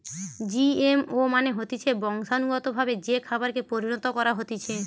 GMO মানে হতিছে বংশানুগতভাবে যে খাবারকে পরিণত করা হতিছে